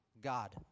God